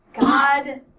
God